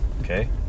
Okay